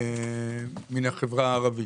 מן החברה הערבית?